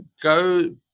Go